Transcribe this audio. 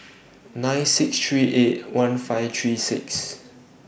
nine six three eight one five three six